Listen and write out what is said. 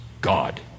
God